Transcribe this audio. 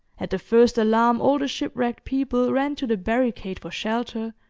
at the first alarm all the ship-wrecked people ran to the barricade for shelter,